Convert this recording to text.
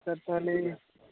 sir ତାହାଲେ